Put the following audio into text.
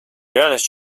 реальность